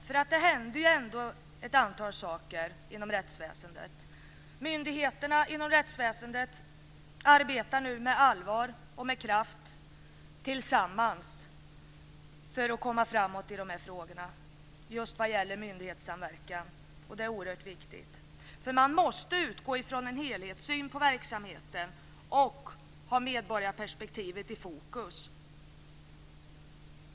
Det händer ändå ett antal saker inom rättsväsendet. Myndigheterna inom rättsväsendet arbetar nu på allvar och med kraft tillsammans för att komma framåt i just frågorna om myndighetssamverkan. Detta är oerhört viktigt; man måste utgå från en helhetssyn på verksamheten och ha medborgarperspektivet i fokus.